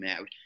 out